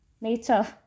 nature